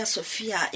Sophia